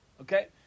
okay